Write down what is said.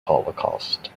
holocaust